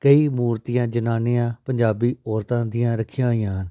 ਕਈ ਮੂਰਤੀਆਂ ਜਨਾਨੀਆਂ ਪੰਜਾਬੀ ਔਰਤਾਂ ਦੀਆਂ ਰੱਖੀਆਂ ਹੋਈਆਂ ਹਨ